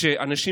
כשאנשים